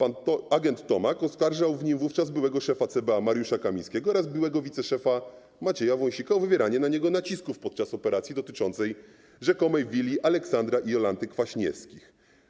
Agent Tomek oskarżał w nim wówczas byłego szefa CBA Mariusza Kamińskiego oraz byłego wiceszefa Macieja Wąsika o wywieranie na niego nacisków podczas operacji dotyczącej rzekomej willi Aleksandra i Jolanty Kwaśniewskich.